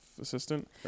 assistant